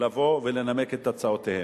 לבוא ולנמק את הצעותיהם.